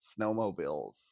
snowmobiles